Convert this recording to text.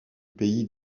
pays